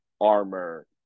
armor